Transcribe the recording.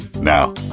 Now